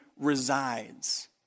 resides